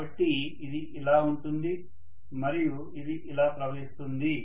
కాబట్టి ఇది ఇలా ఉంటుంది మరియు ఇది ఇలా ప్రవహిస్తుంది